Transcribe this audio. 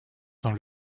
dans